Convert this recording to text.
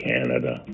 Canada